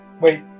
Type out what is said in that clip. Wait